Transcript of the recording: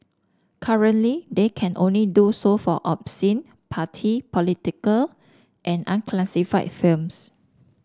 currently they can only do so for obscene party political and unclassified films